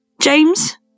James